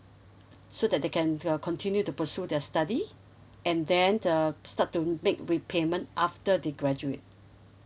so that they can uh continue to pursue their study and then uh start to make repayment after they graduate